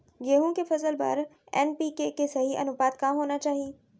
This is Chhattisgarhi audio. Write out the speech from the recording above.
गेहूँ के फसल बर एन.पी.के के सही अनुपात का होना चाही?